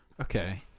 Okay